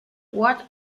what